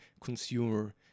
consumer